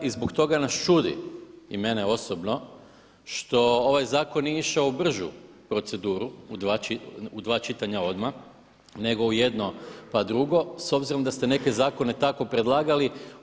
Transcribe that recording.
I zbog toga nas čudi i mene osobno što ovaj zakon nije išao u bržu proceduru u dva čitanja odmah, nego u jedno, pa drugo s obzirom da ste neke zakone tako predlagali.